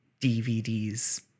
DVDs